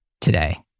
today